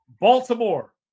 Baltimore